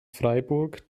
freiburg